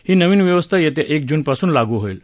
ही नवीन व्यवस्था येत्या एक जूनपासून लागू होईल